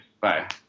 Bye